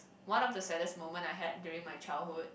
one of the saddest moment I had during my childhood